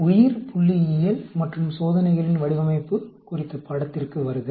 உயிர்புள்ளியியல் மற்றும் சோதனைகளின் வடிவமைப்பு குறித்த பாடத்திற்கு வருக